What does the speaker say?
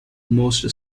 most